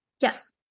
yes